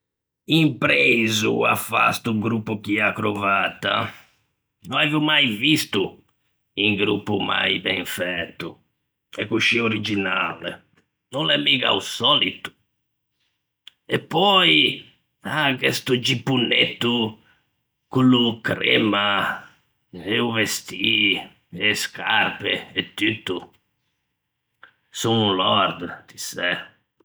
"impreiso à fâve sto groppo chì a-a crovata? No aivo mai visto un groppo mai ben fæto, e coscì originale, no l'é miga o sòlito. E pöi anche sto gippponetto colô cremma, e o vestî e e scarpe e tutto...". "Son un lord, ti sæ..."